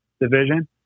division